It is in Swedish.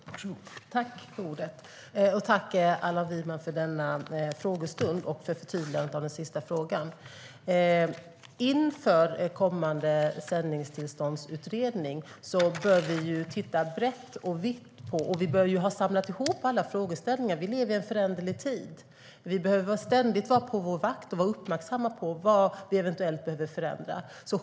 Herr ålderspresident! Tack, Allan Widman, för denna debatt och för förtydligandet av den sista frågan. Inför kommande sändningstillståndsutredning bör vi titta brett och vitt på och samla ihop alla frågeställningar. Vi lever i en föränderlig tid. Vi behöver ständigt vara på vår vakt och vara uppmärksamma på vad vi eventuellt behöver förändra.